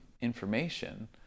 information